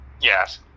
Yes